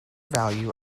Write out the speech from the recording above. value